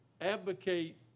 advocate